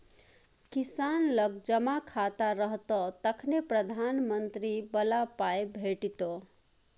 किसान लग जमा खाता रहतौ तखने प्रधानमंत्री बला पाय भेटितो